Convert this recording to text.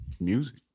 Music